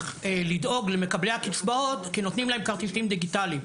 לדאוג למקבלי הקצבאות כי נותנים להם כרטיסים דיגיטליים.